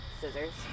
scissors